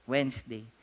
Wednesday